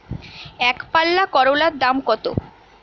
একপাল্লা করলার দাম কত?